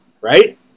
right